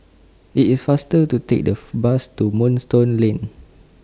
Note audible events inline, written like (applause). IT IS faster to Take The (hesitation) Bus to Moonstone Lane